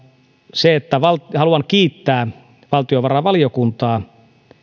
se että haluan kiittää valtiovarainvaliokuntaa